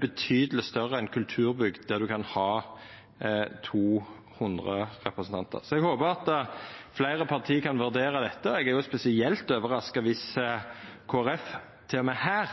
betydeleg større enn kulturbygg der ein kan ha 200. Så eg håper at fleire parti kan vurdera dette. Eg er spesielt overraska viss Kristeleg Folkeparti til og med her